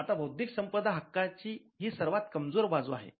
आता बौद्धिकसंपदा हक्काची ही सर्वात कमजोर बाजू आहे